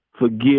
forgive